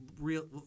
real